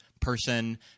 person